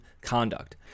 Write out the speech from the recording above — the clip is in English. conduct